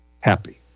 happy